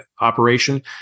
operation